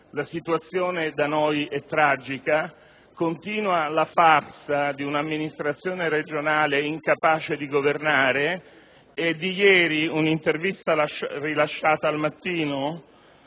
La situazione da noi è tragica. Continua la farsa di un'amministrazione regionale incapace di governare. È di ieri un'intervista rilasciata a «Il Mattino»